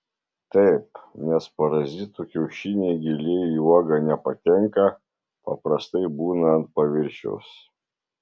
taip nes parazitų kiaušiniai giliai į uogą nepatenka paprastai būna ant paviršiaus